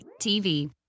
TV